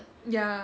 ya